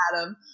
Adam